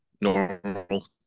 normal